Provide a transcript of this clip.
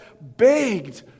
begged